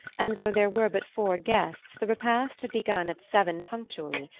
and though there were but four guests the repast had begun at seven punctually,